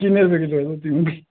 किन्ने रपे किलो धोती मूंगी